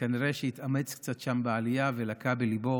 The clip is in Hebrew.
וכנראה שהתאמץ קצת שם בעלייה ולקה בליבו